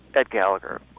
ed gallagher?